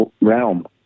realm